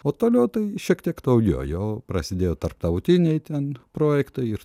o toliau tai šiek tiek daugiau jau prasidėjo tarptautiniai ten projektai ir